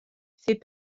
fait